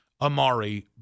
Amari